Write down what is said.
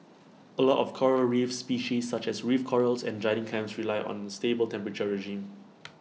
A lot of Coral reef species such as reef corals and giant clams rely on A stable temperature regime